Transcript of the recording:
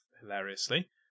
Hilariously